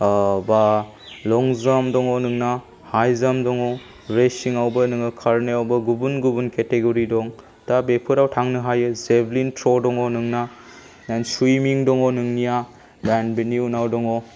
बा लं जाम्प दङ नोंना हाइ जाम्प दङ रेसिङावबो नोङो खारनायावबो गुबुन गुबुन केटेग'रि दं दा बेफोराव थांनो हायो जेभलिन थ्र' दङ नोंना सुइमिं दङ नोंनिया देन बिनि उनाव दङ